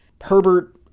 Herbert